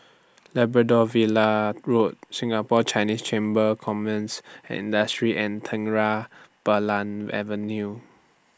Labrador Villa Road Singapore Chinese Chamber Commerce and Industry and Terang Bulan Avenue